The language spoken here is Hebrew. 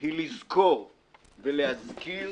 היא לזכור ולהזכיר